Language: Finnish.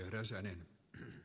arvoisa puhemies